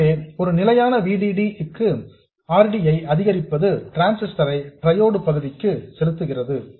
எனவே ஒரு நிலையான V D D க்கு R D ஐ அதிகரிப்பது டிரான்சிஸ்டர் ஐ ட்ரையோட் பகுதிக்கு செலுத்துகிறது